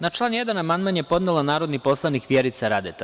Na član 1. amandman je podnela narodni poslanik Vjerica Radeta.